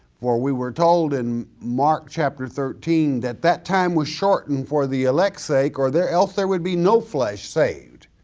for we were told in mark chapter thirteen that that time was shortened for the elect's sake or else there would be no flesh saved.